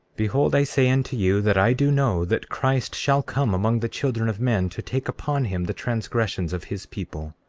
behold, i say unto you, that i do know that christ shall come among the children of men, to take upon him the transgressions of his people,